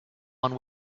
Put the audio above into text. one